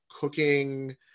cooking